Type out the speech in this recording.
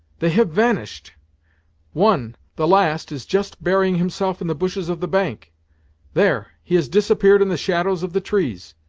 they have vanished one the last is just burying himself in the bushes of the bank there, he has disappeared in the shadows of the trees!